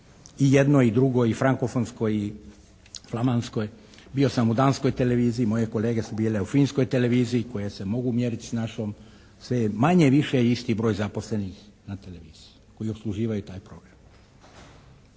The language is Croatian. i jednoj i drugoj, i frankofonskoj i flamanskoj, bilo sam u danskoj televiziji, moje kolege su bile u finskoj televiziji koje se mogu mjeriti s našom. Sve je manje-više isti broj zaposlenih na televiziji koji opslužuju taj program.